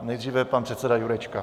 Nejdřív pan předseda Jurečka.